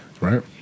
Right